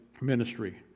ministry